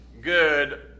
good